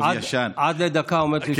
עד דקה עומדת לרשותך, בבקשה.